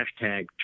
hashtag